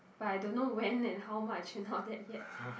but I don't know when and how much and all that yet